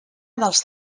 dels